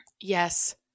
Yes